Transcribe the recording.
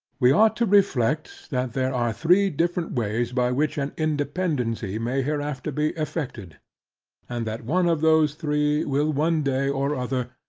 we ought to reflect, that there are three different ways, by which an independancy may hereafter be effected and that one of those three, will one day or other,